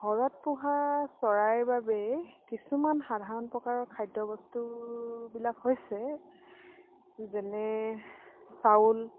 ঘৰত পোহা চৰাইৰ বাবে কিছুমান সাধাৰণ প্ৰকাৰৰ খাদ্যবস্তুবিলাক হৈছে যেনে চাউল